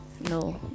no